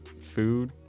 food